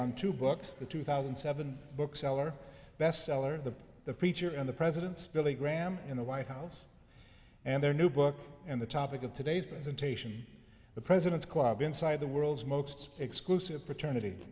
on two books the two thousand and seven book seller bestseller the the preacher and the presidents billy graham in the white house and their new book and the topic of today's presentation the president's club inside the world's most exclusive paternity